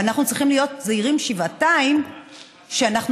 ואנחנו צריכים להיות זהירים שבעתיים כשאנחנו